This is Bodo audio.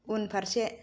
उनफारसे